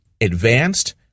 Advanced